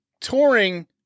touring